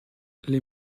les